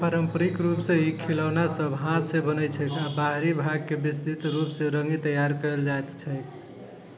पारम्परिक रूपसँ ई खिलौनासभ हाथसँ बनैत छैक आ बाहरी भागकेँ विस्तृत रूपसँ रङ्गि तैयार कएल जाइत छैक